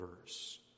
verse